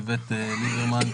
איווט ליברמן,